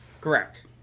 Correct